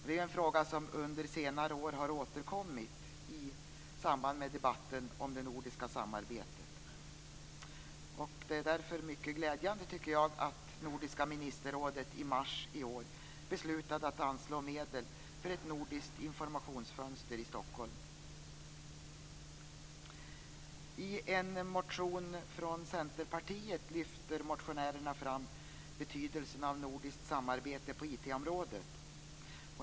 Det är en fråga som under senare år har återkommit i samband med debatten om det nordiska samarbetet. Det är därför glädjande att Nordiska ministerrådet i mars i år beslutade att anslå medel för ett nordiskt informationsfönster i Stockholm. I en motion från Centerpartiet lyfter motionärerna fram betydelsen av nordiskt samarbete på IT området.